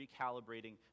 recalibrating